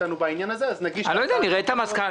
איתנו בעניין הזה אז נגיש את הצעת החוק.